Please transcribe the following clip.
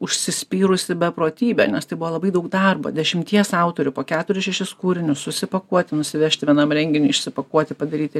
užsispyrusi beprotybė nes tai buvo labai daug darbo dešimties autorių po keturis šešis kūrinius susipakuoti nusivežti vienam renginiui išsipakuoti padaryti